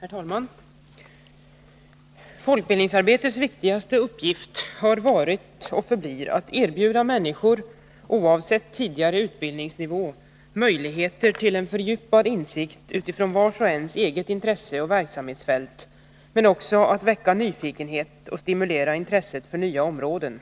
Herr talman! Folkbildningsarbetets viktigaste uppgift har varit och förblir att erbjuda människor — oavsett tidigare utbildningsnivå — möjligheter till en fördjupad insikt utifrån vars och ens eget intresse och verksamhetsfält men också att väcka nyfikenhet och stimulera intresset för nya områden.